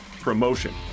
promotion